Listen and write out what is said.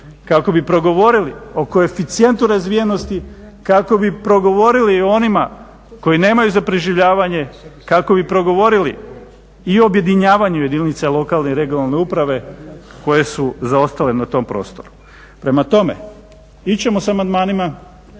kako bi progovorili o koeficijentu razvijenosti, kako bi progovorili o onima koji nemaju za preživljavanje, kako bi progovorili i o objedinjavanju jedinica lokalne i regionalne uprave koje su zaostale na tom prostoru. Prema tome, ići ćemo s amandmanima,